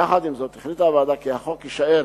יחד עם זאת החליטה הוועדה כי החוק יישאר